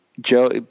Joe